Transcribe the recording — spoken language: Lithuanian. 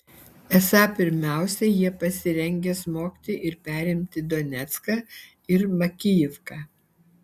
esą pirmiausia jie pasirengę smogti ir perimti donecką ir makijivką